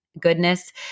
goodness